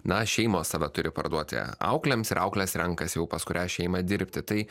na šeimos save turi parduoti auklėms ir auklės renkas jau pas kurią šeimą dirbti tai